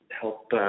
help